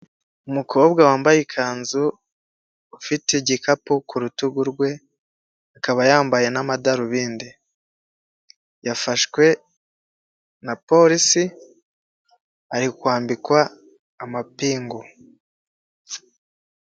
Umukobwa wambaye ikanzu, ufite igikapu ku rutugu rwe, akaba yambaye n'amadarubindi, yafashwe na polisi, ari kwambikwa amapingu.